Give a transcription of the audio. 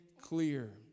clear